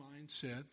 mindset